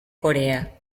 corea